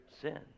sin